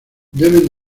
deben